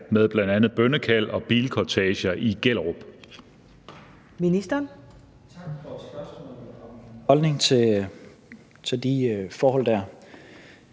med bl.a. bønnekald og bilkorteger i Gellerup?